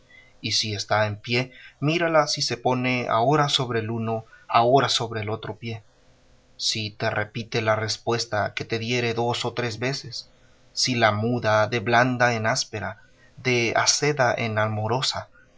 y si está en pie mírala si se pone ahora sobre el uno ahora sobre el otro pie si te repite la respuesta que te diere dos o tres veces si la muda de blanda en áspera de aceda en amorosa